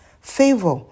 favor